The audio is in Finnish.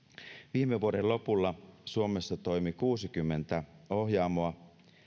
viime vuoden lopulla suomessa toimi kuusikymmentä ohjaamoa